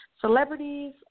celebrities